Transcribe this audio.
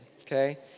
okay